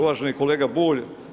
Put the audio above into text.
Uvaženo kolega Bulj.